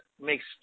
makes